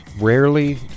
rarely